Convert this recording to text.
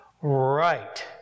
right